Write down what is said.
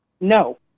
no